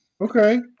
Okay